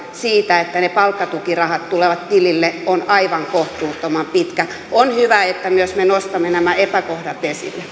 siitä että ne palkkatukirahat tulevat tilille on aivan kohtuuttoman pitkä on hyvä että me nostamme myös nämä epäkohdat